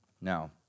Now